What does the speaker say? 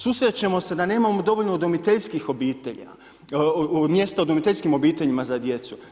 Susrećemo se da nemamo dovoljno udomiteljskih obitelji, mjesta u udomiteljskim bojiteljima za djecu.